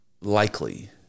likely